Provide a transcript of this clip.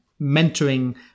mentoring